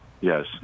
yes